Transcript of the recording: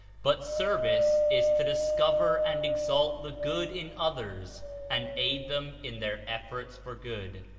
but service is to discover and exalt the good in others and aid them in their efforts for good.